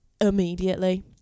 immediately